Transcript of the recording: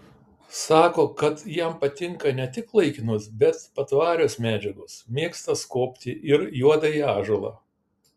sako kad jam patinka ne laikinos bet patvarios medžiagos mėgsta skobti ir juodąjį ąžuolą